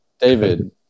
David